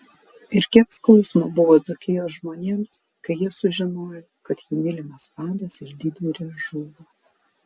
ir kiek skausmo buvo dzūkijos žmonėms kai jie sužinojo kad jų mylimas vadas ir didvyris žuvo